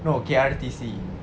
no K_R_T_C